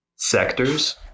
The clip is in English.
sectors